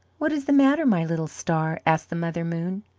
what is the matter, my little star? asked the mother moon.